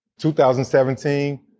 2017